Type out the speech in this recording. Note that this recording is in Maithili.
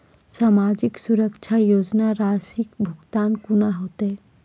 समाजिक सुरक्षा योजना राशिक भुगतान कूना हेतै?